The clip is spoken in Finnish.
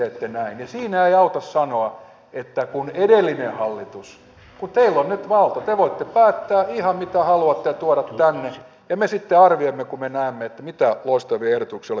siinä ei auta sanoa että kun edellinen hallitus kun teillä on nyt valta te voitte päättää ihan mitä haluatte ja tuoda tänne ja me sitten arvioimme kun me näemme mitä loistavia ehdotuksia olette keksineet